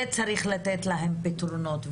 ולתת להם פתרונות.